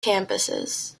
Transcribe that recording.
campuses